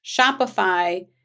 Shopify